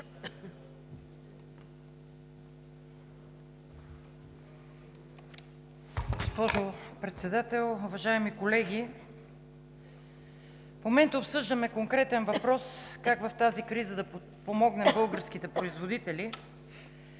Госпожо Председател, уважаеми колеги! В момента обсъждаме конкретен въпрос как в тази криза да подпомогнем българските производители.